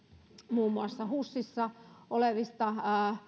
muun muassa husissa olevista